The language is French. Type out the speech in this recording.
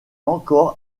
encore